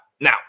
Now